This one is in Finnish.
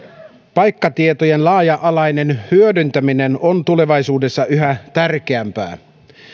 paikkatietojen laaja alainen hyödyntäminen on tulevaisuudessa yhä tärkeämpää